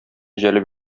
җәлеп